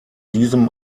diesem